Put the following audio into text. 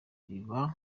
riba